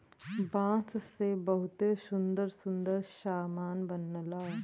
बांस से बहुते सुंदर सुंदर सामान बनला